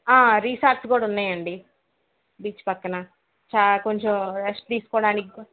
resorts కూడా ఉన్నాయ్యండి beach పక్కన చా కొంచెం రెస్ట్ తీసుకోవడానికి కూడా